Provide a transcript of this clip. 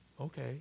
Okay